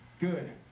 Good